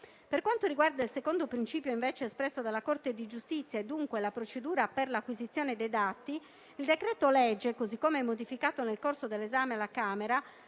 Per quanto riguarda il secondo principio espresso dalla Corte di giustizia, e dunque la procedura per l'acquisizione dei dati, il decreto-legge, così come modificato nel corso dell'esame alla Camera,